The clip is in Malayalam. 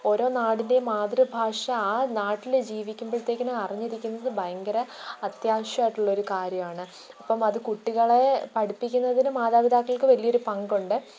ഓരോ നാടിന്റെയും മാതൃഭാഷ ആ നാട്ടിൽ ജീവിക്കുമ്പോഴത്തേക്കിനും അറിഞ്ഞിരിക്കുന്നതു ഭയങ്കര അത്യാവശ്യമായിട്ടുള്ളൊരു കാര്യമാണ് ഇപ്പം അതു കുട്ടികളെ പഠിപ്പിക്കുന്നതിനു മാതാപിതാക്കൾക്കു വലിയൊരു പങ്കുണ്ട്